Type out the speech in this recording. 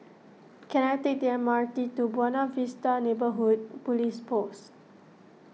can I take the M R T to Buona Vista Neighbourhood Police Post